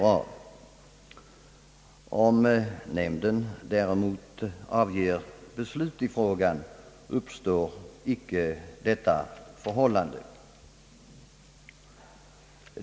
Om däremot nämnden fattar beslut i frågan, uppstår icke detta förhållande.